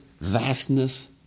vastness